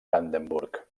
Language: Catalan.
brandenburg